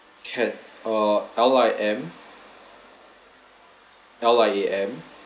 can uh L I M L I A M